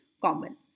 common